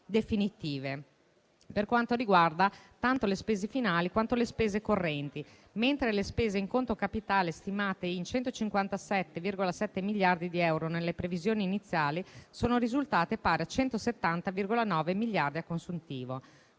per quanto riguarda tanto le spese finali, quanto le spese correnti, mentre le spese in conto capitale, stimate in 157,7 miliardi di euro nelle previsioni iniziali, sono risultate pari a 170,9 miliardi a consuntivo.